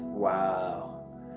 Wow